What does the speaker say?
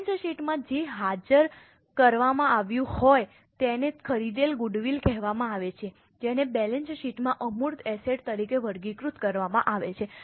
balance શીટમાં જે જાહેર કરવામાં આવ્યું છે તેને ખરીદેલ ગુડવિલ કહેવામાં આવે છે જેને બેલેન્સ શીટમાં અમૂર્ત એસેટ તરીકે વર્ગીકૃત કરવામાં આવે છે